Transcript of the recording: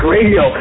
Radio